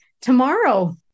tomorrow